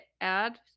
add